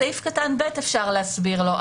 בסעיף קטן (ב) אפשר להסביר לו.